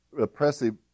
oppressive